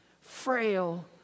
frail